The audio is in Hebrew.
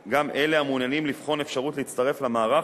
גם אלה המעוניינים לבחון אפשרות להצטרף למערך,